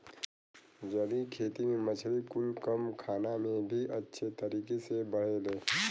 जलीय खेती में मछली कुल कम खाना में भी अच्छे तरीके से बढ़ेले